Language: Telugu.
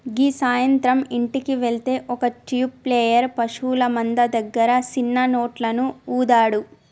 గీ సాయంత్రం ఇంటికి వెళ్తే ఒక ట్యూబ్ ప్లేయర్ పశువుల మంద దగ్గర సిన్న నోట్లను ఊదాడు